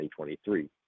2023